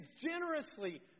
generously